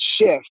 shift